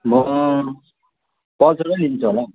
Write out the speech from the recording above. मो पल्सर नै लिन्छु होला हौ